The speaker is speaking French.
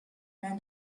main